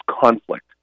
conflict